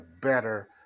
better